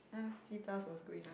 uh C plus was good enough